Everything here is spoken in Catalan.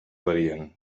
varien